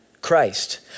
Christ